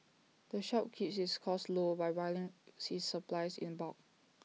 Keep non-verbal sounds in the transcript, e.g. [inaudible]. the shop keeps its costs low by buying its supplies in bulk [noise]